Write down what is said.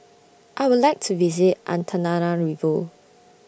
I Would like to visit Antananarivo